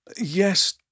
Yes